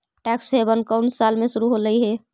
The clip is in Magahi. टैक्स हेवन कउन साल में शुरू होलई हे?